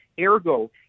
Ergo